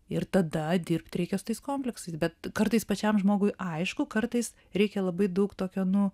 ir tada dirbti reikia su tais konfliktais bet kartais pačiam žmogui aišku kartais reikia labai daug tokio nu